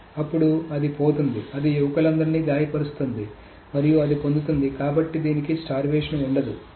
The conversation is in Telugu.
కాబట్టి అప్పుడు అది పొందుతోంది అది యువకులందరినీ గాయపరుస్తుంది మరియు అది పొందుతుంది కాబట్టి దీనికి స్టార్వేషన్ ఉండదు